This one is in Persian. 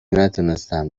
نتونستن